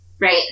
right